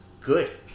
good